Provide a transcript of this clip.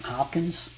Hopkins